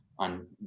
on